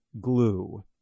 glue